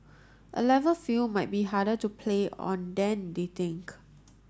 a level field might be harder to play on than they think